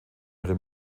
ihre